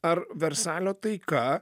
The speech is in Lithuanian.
ar versalio taika